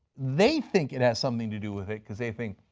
they think it has something to do with it because they think,